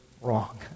wrong